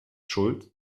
schuld